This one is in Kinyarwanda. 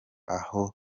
aho